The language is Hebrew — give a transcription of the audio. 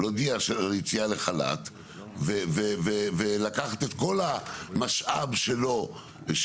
להודיע על יציאה לחל"ת ולקחת את כל המשאב שלו של